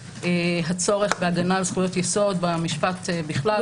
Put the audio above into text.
הצורך בהגנה על זכויות יסוד במשפט בכלל,